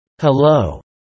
Hello